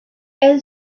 elle